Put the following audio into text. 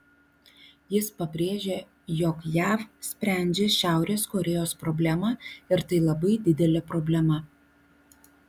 jis pabrėžė jog jav sprendžia šiaurės korėjos problemą ir tai labai didelė problema